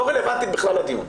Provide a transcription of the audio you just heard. לא רלוונטית בכלל לדיון,